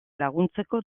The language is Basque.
laguntzeko